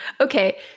Okay